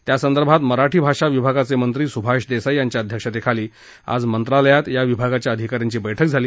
त्यासंदर्भात मराठी भाषा विभागाचे मंत्री सुभाष देसाई यांच्या अध्यक्षतेखाली आज मंत्रालयात या विभागाच्या अधिकाऱ्यांची बैठक झाली